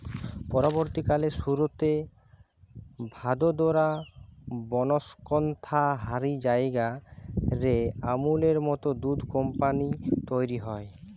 পরবর্তীকালে সুরতে, ভাদোদরা, বনস্কন্থা হারি জায়গা রে আমূলের মত দুধ কম্পানী তইরি হয়